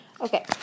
Okay